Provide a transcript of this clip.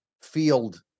field